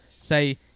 say